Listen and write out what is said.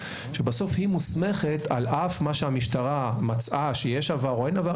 שבסוף היא מוסמכת על אף מה שהמשטרה מצאה שיש עבר או אין עבר.